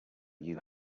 you